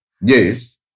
Yes